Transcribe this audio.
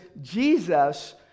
Jesus